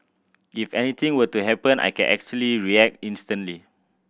if anything were to happen I can actually react instantly